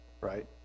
right